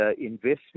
investment